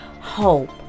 hope